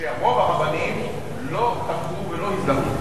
שרוב הרבנים לא תמכו ולא הזדהו.